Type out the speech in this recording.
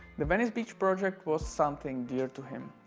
the venice beach project was something dear to him.